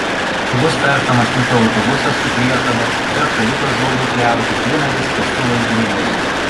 bus perkamas mikroautobusas su priekaba traktoriukas žolei pjauti trimeris kastuvai grėbliai